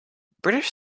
british